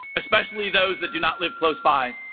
especially those that do not live close by